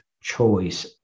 choice